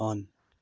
on